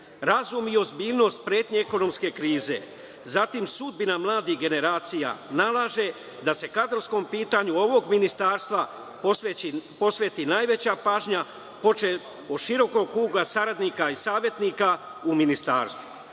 Razum i ozbiljnost pretnje ekonomske krize, zatim, sudbina mladih generacija nalaže da se kadrovskom pitanju ovog ministarstva posveti najveća pažnja, počev od širokog kruga saradnika i savetnika u ministarstvu. Savremena